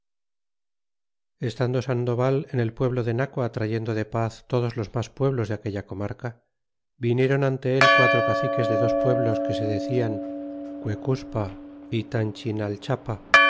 estando sandoval en el pueblo de naco atrayendo de paz todos los mas pueblos de aquella comarca vinieron ante él quatro caciques de dos pueblos que se dedal quecuspa y